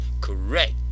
correct